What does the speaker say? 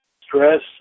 Stress